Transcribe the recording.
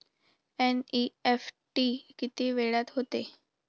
NEFT किती वेळात होते?